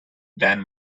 than